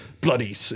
bloody